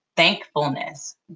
thankfulness